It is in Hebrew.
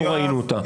לא ראינו אותה.